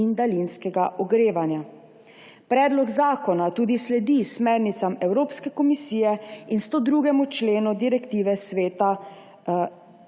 in daljinskega ogrevanja. Predlog zakona tudi sledi smernicam Evropske komisije in 102. členu direktive Sveta